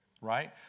right